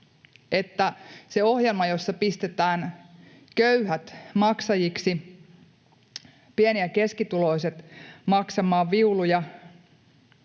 ohjelmassa, jossa pistetään köyhät maksajiksi ja pieni- ja keskituloiset maksamaan viuluja